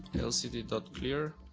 lcd but clear